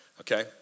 okay